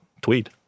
tweet